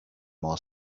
more